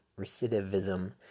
recidivism